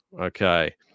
Okay